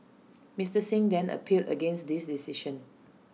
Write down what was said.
Mister Singh then appealed against this decision